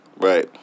Right